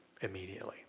immediately